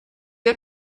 der